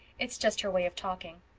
it's just her way of talking.